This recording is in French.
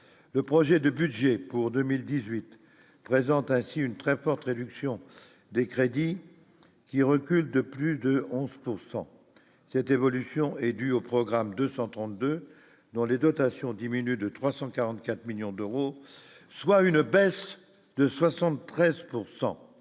le projet de budget pour 2018 présente ainsi une très forte réduction des crédits qui recule de plus de 11 pourcent cette évolution est due au programme 232 dont les dotations diminuer de 344 millions d'euros, soit une baisse de 73